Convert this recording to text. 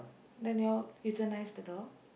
then you you all utilised the dog